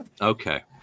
Okay